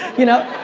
you know?